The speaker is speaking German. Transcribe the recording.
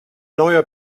neuer